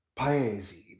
paesi